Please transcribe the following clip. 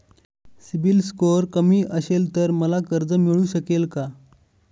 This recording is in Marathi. सिबिल स्कोअर कमी असेल तर मला कर्ज मिळू शकेल का?